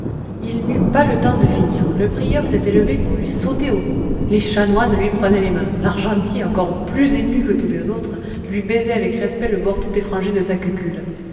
il n'eut pas le temps de finir le prieur s'était levé pour lui sauter au cou les chanoines lui prenaient les mains l'argentier encore plus ému que tous les autres lui baisait avec respect le bord tout effrangé de sa cucule